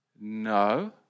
No